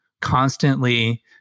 constantly